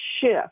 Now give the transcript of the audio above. shift